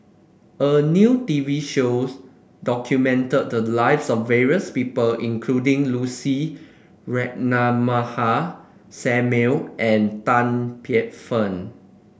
a new T V shows documented the lives of various people including Lucy Ratnammah Samuel and Tan Paey Fern